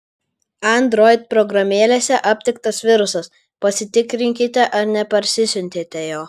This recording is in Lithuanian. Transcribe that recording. android programėlėse aptiktas virusas pasitikrinkite ar neparsisiuntėte jo